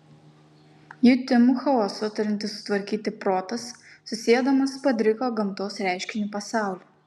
jutimų chaosą turintis sutvarkyti protas susiedamas padriką gamtos reiškinių pasaulį